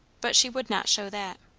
but she would not show that.